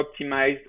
optimized